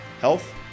health